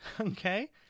okay